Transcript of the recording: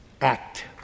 Act